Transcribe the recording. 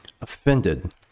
offended